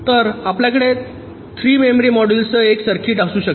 तर आपल्याकडे 3 मेमरी मॉड्यूलसह एक सर्किट असू शकते